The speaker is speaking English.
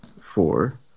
four